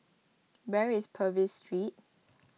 where is Purvis Street